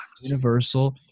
Universal